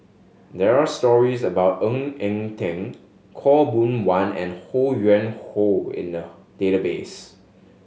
there are stories about Ng Eng Teng Khaw Boon Wan and Ho Yuen Hoe in the database